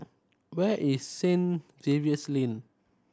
where is Saint Xavier's Lane